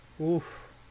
Oof